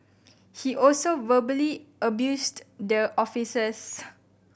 he also verbally abused the officers